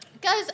Guys